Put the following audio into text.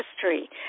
history